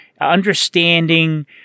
understanding